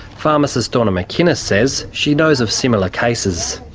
pharmacist donna mckinnis says she knows of similar cases.